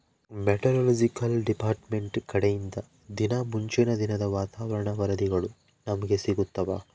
meteorological department ಕಡೆಲಿಂದ ದಿನಾ ಮುಂಚಿನ ದಿನದ ವಾತಾವರಣ ವರದಿಗಳು ನಮ್ಗೆ ಸಿಗುತ್ತವ